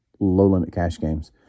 lowlimitcashgames